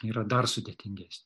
yra dar sudėtingesnė